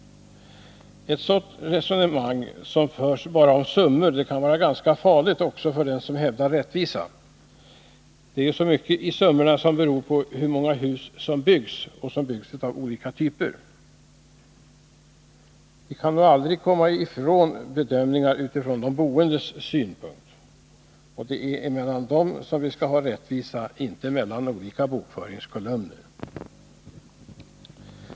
Ett sådant resonemang, som bara gäller summor, kan vara ganska farligt också för den som hävdar rättvisan. Det är ju så mycket i summorna som beror på hur många hus av olika typer som byggs. Vi kan nog aldrig komma ifrån bedömningar utifrån de boendes synpunkt. Det är mellan dem som vi skall ha rättvisa — inte mellan olika bokföringskolumner.